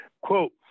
quote